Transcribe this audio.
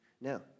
Now